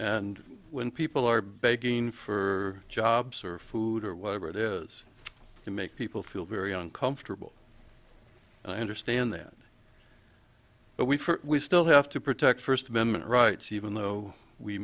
and when people are begging for jobs or food or whatever it is to make people feel very uncomfortable and i understand that but we still have to protect first amendment rights even though we